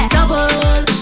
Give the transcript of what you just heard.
Double